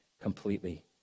completely